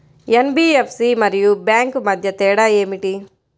NBFC మరియు bank మధ్య తేడా ఏమిటీ?